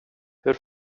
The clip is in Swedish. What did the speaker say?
hur